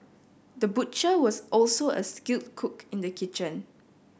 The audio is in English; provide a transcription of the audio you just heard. the butcher was also a skilled cook in the kitchen